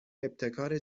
ابتکار